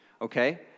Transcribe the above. okay